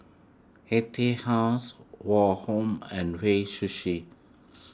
Etude House Woh Hup and Hei Sushi